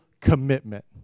commitment